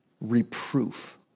reproof